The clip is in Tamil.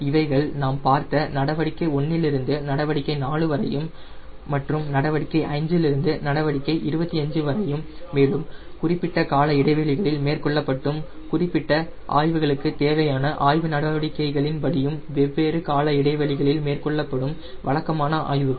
இவைகள் நாம் பார்த்த நடவடிக்கை 1 இல் இருந்து நடவடிக்கை 4 வரையும் மற்றும் நடவடிக்கை 5 இலிருந்து நடவடிக்கை 25 வரையும் மேலும் குறிப்பிட்ட கால இடைவெளிகளில் மேற்கொள்ளப்படும் குறிப்பிட்ட ஆய்வுகளுக்கு தேவையான வெவ்வேறு நடவடிக்கைகளின் படியும் வெவ்வேறு கால இடைவெளிகளில் மேற்கொள்ளப்படும் வழக்கமான ஆய்வுகள்